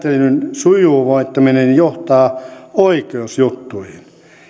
sujuvoittaminen johtaa oikeusjuttuihin